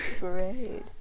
great